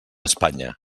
espanya